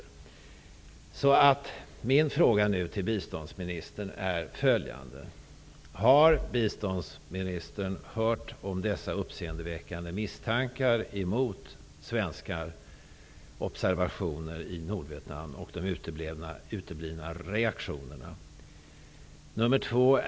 Har biståndsministern hört talas om dessa uppseendeväckande misstankar om svenska observationer i Nordvietnam och om uteblivna reaktioner?